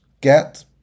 get